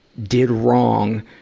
did wrong,